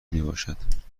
میباشد